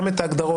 גם את ההגדרות,